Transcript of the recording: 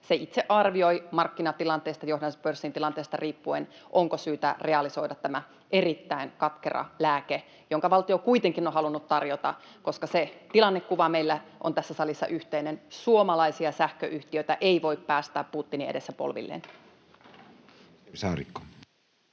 Se itse arvioi markkinatilanteesta, johdannaispörssin tilanteesta riippuen, onko syytä realisoida tämä erittäin katkera lääke, jonka valtio kuitenkin on halunnut tarjota, koska se tilannekuva meillä on tässä salissa yhteinen: suomalaisia sähköyhtiöitä ei voi päästää Putinin edessä polvilleen.